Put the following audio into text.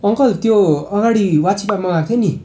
uncle त्यो अगाडि वाचिप्पा मगाएको थिएँ नि